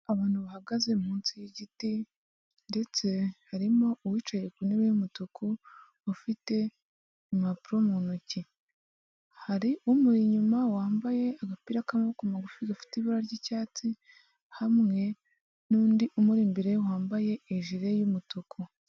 Abantu bahagaze munsi y'igiti ndetse harimo uwicaye ku ntebe y'umutuku ufite impapuro mu ntoki, hari umuri inyuma wambaye agapira k'amaboko magufi gafite ibara ryicyatsi hamwe n'undi umuri imbere wambaye ijire y'umutuku.